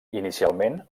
inicialment